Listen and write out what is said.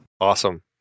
Awesome